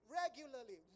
regularly